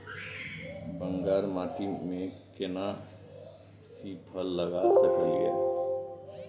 बांगर माटी में केना सी फल लगा सकलिए?